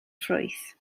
ffrwyth